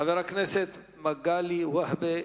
חבר הכנסת מגלי והבה,